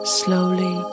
slowly